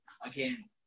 again